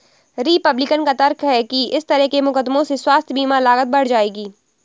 Republican का तर्क है कि इस तरह के मुकदमों से स्वास्थ्य बीमा लागत बढ़ जाएगी